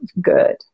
good